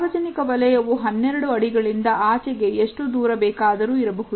ಸಾರ್ವಜನಿಕ ವಲಯವು 12 ಅಡಿ ಗಳಿಂದ ಆಚೆಗೆ ಎಷ್ಟು ದೂರ ಬೇಕಾದರೂ ಇರಬಹುದು